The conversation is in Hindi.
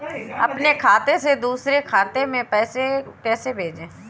अपने खाते से दूसरे के खाते में पैसे को कैसे भेजे?